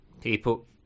people